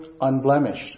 unblemished